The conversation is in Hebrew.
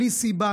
בלי סיבה,